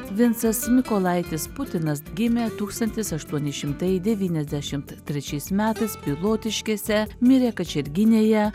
vincas mykolaitis putinas gimė tūkstantis aštuoni šimtai devyniasdešimt trečiais metais pilotiškėse mirė kačerginėje